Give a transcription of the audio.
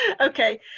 okay